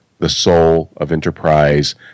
thesoulofenterprise